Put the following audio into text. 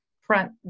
front